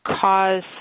cause